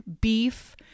beef